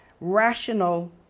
rational